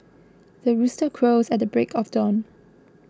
the rooster crows at the break of dawn